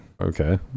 Okay